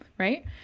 Right